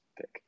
pick